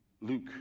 Luke